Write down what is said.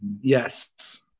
Yes